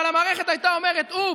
אבל המערכת הייתה אומרת: אופס,